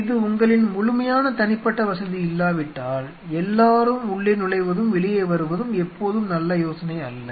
இது உங்களின் முழுமையான தனிப்பட்ட வசதி இல்லாவிட்டால் எல்லோரும் உள்ளே நுழைவதும் வெளியே வருவதும் எப்போதும் நல்ல யோசனையல்ல